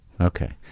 Okay